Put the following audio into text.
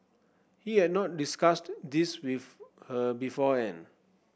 he had not discussed this with her beforehand